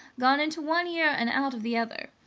gone into one ear and out of the other.